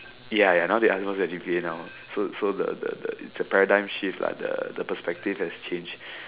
ya ya now they ask you what's your G_P_A now so so the the the it's the paradigm shift lah the perspective have changed